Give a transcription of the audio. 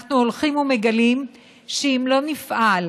אנחנו הולכים ומגלים שאם לא נפעל,